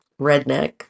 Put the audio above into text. redneck